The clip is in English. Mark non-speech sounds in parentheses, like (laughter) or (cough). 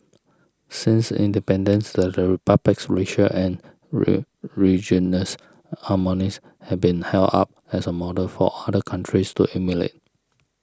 since independence the Republic's racial and (unintelligible) harmonies has been held up as a model for other countries to emulate